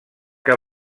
que